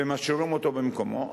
ומשאירים אותו במקומו.